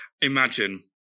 imagine